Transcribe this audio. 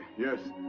yes.